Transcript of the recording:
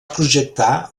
projectar